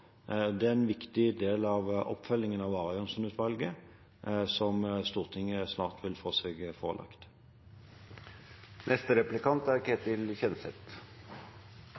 Det er en viktig del av oppfølgingen av Arianson-utvalgets rapport, som Stortinget snart vil få seg forelagt. For det første: Norge er